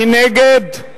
מי נגד?